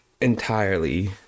entirely